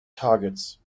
targets